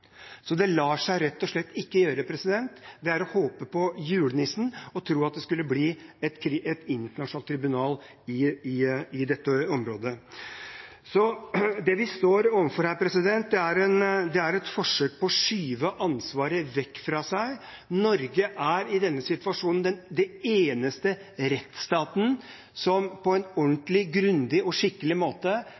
Så det lar seg rett og slett ikke gjøre. Å tro at det kan bli et internasjonalt tribunal i dette området, er det samme som å tro på julenissen. Det vi står overfor her, er et forsøk på å skyve ansvaret vekk fra seg. Norge er i denne situasjonen den eneste rettsstaten som på en ordentlig, grundig og skikkelig måte